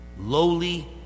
lowly